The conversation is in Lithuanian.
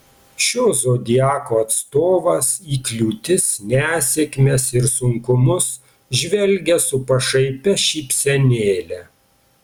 šio zodiako atstovas į kliūtis nesėkmes ir sunkumus žvelgia su pašaipia šypsenėle